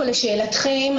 לשאלתכם,